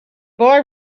boy